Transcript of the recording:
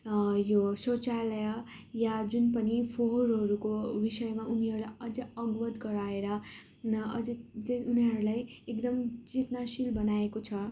यो शौचालय या जुन पनि फोहोरहरूको विषयमा उनीहरूलाई अझै अवगत गराएर अझै उनीहरूलाई एकदम चेतनाशील बनाएको छ